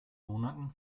monaten